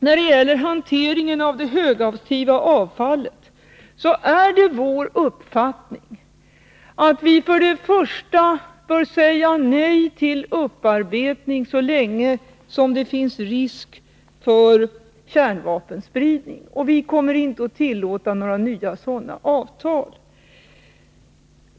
När det gäller hanteringen av det högaktiva avfallet är det vår uppfattning att vi bör säga nej till upparbetning så länge som det finns risk för kärnvapenspridning. Vi kommer inte att tillåta några nya sådana avtal.